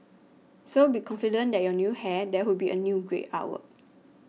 so be confident that your new hair there would be a great artwork